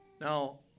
Now